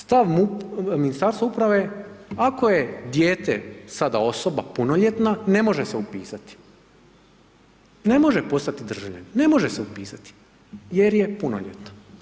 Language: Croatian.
Stav Ministarstva uprave je ako je dijete sada osoba punoljetna ne može se upisati, ne može postati državljanin, ne može se upisati jer je punoljetna.